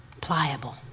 pliable